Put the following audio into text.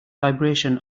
vibration